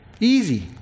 Easy